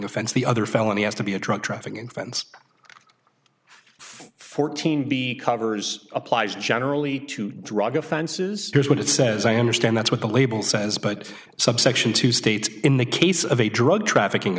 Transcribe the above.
offense the other felony has to be a drug trafficking fence fourteen b covers applies generally to drug offenses here's what it says i understand that's what the label says but subsection two states in the case of a drug trafficking